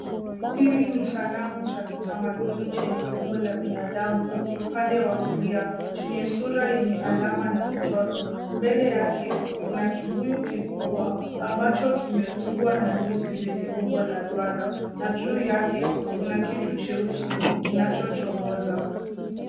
Hili ni sanamu cha kitamaduni chenye umbo la binadamu upande wa kulia chenye sura yenye alama na michoro. Mbele yake kuna kibuyu kikubwa ambacho kimefungwa na nyuzi zenye umbo la duara na juu yake kuna kitu cheusi kinachochomoza.